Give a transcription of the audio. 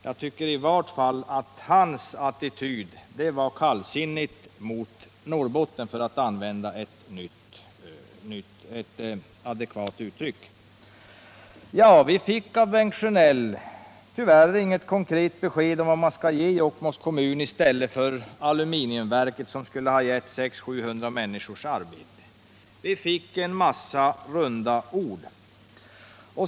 Jag tycker i varje fall att hans attityd var kallsinnig mot Norrbotten. Vi fick av Bengt Sjönell tyvärr inget konkret besked om vad man skall ge Jokkmokks kommun i stället för aluminiumverket som skulle ha givit 600-700 människor arbete. Vi fick en massa runda ord.